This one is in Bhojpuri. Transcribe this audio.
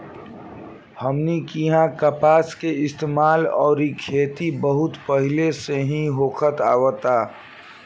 हमनी किहा कपास के इस्तेमाल अउरी खेती बहुत पहिले से ही होखत आवता